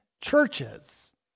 churches